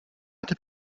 hatte